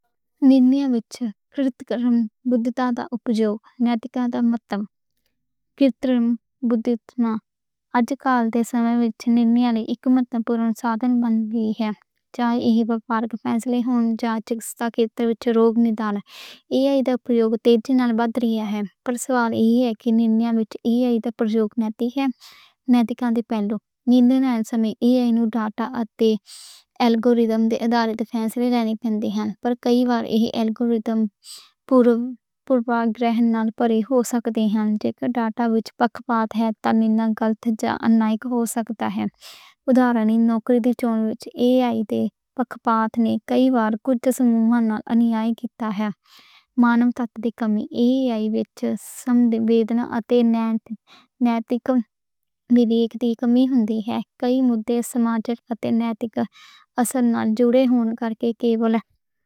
نرنیاں وچ کرتکرمی بُدّھتا تے اپیوگ، نیتکاں تے متتم، کرترم بُدّھمتا۔ اجکال دے سمے وچ نرنیاں لئی اِکمتی پُورن سادھن بن گئی ہے۔ جاں ایہی وِپاری فیصلے ہونے، جاں چکتسا سیکٹر وچ روگ نِدان، اے آئی دا پریوگ تیزی نال وَدھ رِہا ہے۔ پر سوال ایہ ہے کہ نرنیاں وچ اے آئی دا پریوگ نیتک ہے، نیتکاں دی پہلی۔ نرنیاں سمیں اے آئی نوں ڈیٹا اتے الگورزم دے آدھار تے فیصلے لینے پَوندے ہن، پر کئی وار ایہ الگورزم پوروَگ رُجحان نال پَرے ہو سکدے ہن، جے کر ڈیٹا وچ پکھپات ہے تاں نرنئے غلط جاں اَنیائے ہو سکدا ہے۔ ادھارن لئی نوکری دی چُناؤ وچ اے آئی دے پکھپات نے کئی وار کُجھ سموہاں نال اَنیائے کیتا ہے۔ مانَو ساڈا کمی اے آئی وچ سمبد ویدن تے نیتک وِدیک دی کمی ہوندی ہے۔ کئی مدّے سماجک تے نیتک اصول نال جڑے ہون کر کے کیول۔